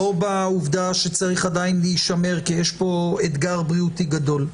לא בעובדה שצריך עדיין להישמר כי יש פה אתגר בריאותי גדול.